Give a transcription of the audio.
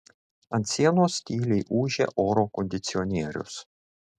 ant sienos tyliai ūžė oro kondicionierius